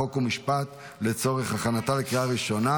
חוק ומשפט לצורך הכנתה לקריאה ראשונה.